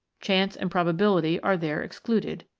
chance and probability are there excluded,